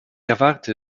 erwarte